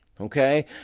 okay